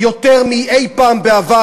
יותר מאי פעם בעבר,